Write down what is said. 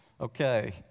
Okay